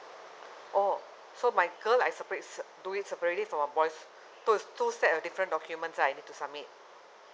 oh so my girl I separate it do it separately for the boys so it's two set of different documents lah I need to submit